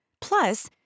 Plus